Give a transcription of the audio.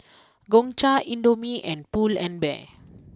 Gongcha Indomie and Pull and Bear